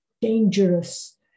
dangerous